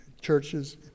churches